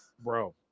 Bro